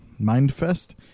Mindfest